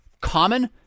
common